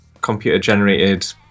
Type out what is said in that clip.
computer-generated